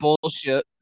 bullshit